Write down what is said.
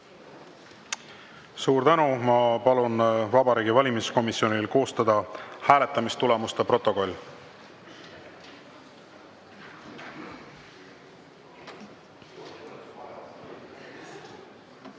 Suur tänu! Ma palun Vabariigi Valimiskomisjonil koostada hääletamistulemuste protokoll. Teen